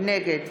נגד